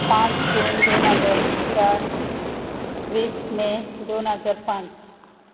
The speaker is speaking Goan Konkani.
पांच जून दोन हजार चार वीस मे दोन हजार पांच